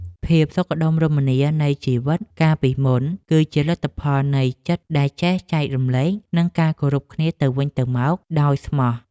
ភាពសុខដុមរមនានៃជីវិតកាលពីមុន គឺជាលទ្ធផលនៃចិត្តដែលចេះចែករំលែក និងការគោរពគ្នាទៅវិញទៅមកដោយស្មោះ។